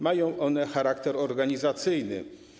Mają one charakter organizacyjny.